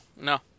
No